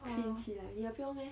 clean 起来你的不用 meh